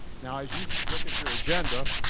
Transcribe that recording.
now as you look at your agenda,